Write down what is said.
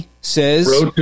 says